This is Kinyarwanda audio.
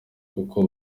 kuko